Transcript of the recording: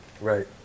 Right